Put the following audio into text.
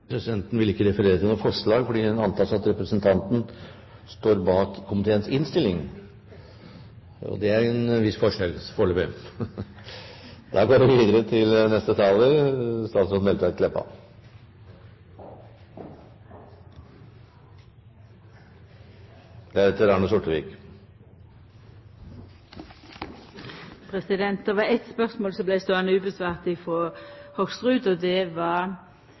Presidenten vil ikke referere til noe forslag, fordi det antas at representanten står bak komiteens innstilling. Det er en viss forskjell, foreløpig. Det var eit spørsmål frå Hoksrud i replikkvekslinga som vart ståande utan svar, og det var